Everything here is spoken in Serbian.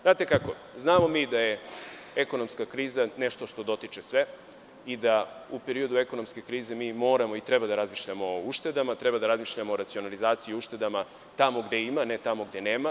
Znate kako, znamo mi da je ekonomska kriza nešto što dotiče sve i da u periodu ekonomske krize mi moramo i treba da razmišljamo o uštedama, treba da razmišljamo o racionalizaciji i uštedama tamo gde ima, ne tamo gde nema.